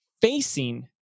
facing